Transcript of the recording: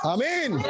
Amen